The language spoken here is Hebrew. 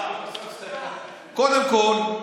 קודם כול,